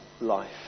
life